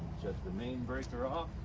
shut the main breaker off.